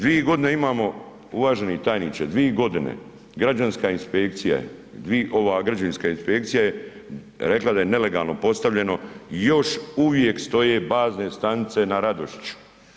Dvi godine imamo uvaženi tajniče, dvi godine, građanska inspekcija je ova građevinska inspekcija je rekla da je nelegalno postavljeno, još uvijek stoje bazne stanice na Radošiću.